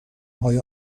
های